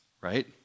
right